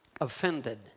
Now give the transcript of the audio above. offended